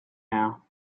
now